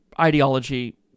ideology